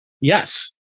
Yes